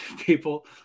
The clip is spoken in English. people